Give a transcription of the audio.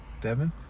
Devin